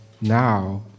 now